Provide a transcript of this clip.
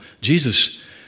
Jesus